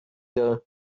there